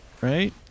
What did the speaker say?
right